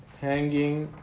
hanging